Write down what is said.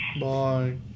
Bye